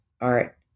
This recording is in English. art